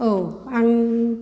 औ आं